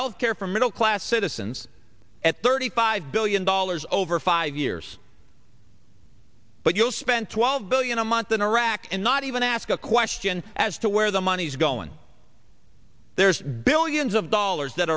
health care for middle class citizens at thirty five billion dollars over five years but you'll spend twelve billion a month in iraq and not even ask a question as to where the money's going there is billions of dollars that